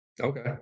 Okay